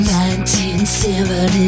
1970